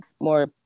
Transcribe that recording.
more